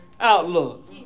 outlook